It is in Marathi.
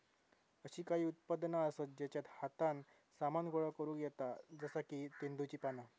अशी काही उत्पादना आसत जेच्यात हातान सामान गोळा करुक येता जसा की तेंदुची पाना